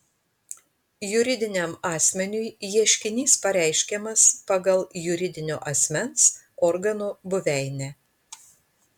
juridiniam asmeniui ieškinys pareiškiamas pagal juridinio asmens organo buveinę